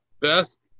best